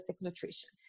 nutrition